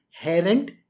inherent